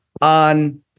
on